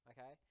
Okay